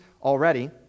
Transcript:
already